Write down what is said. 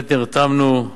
באמת נרתמנו,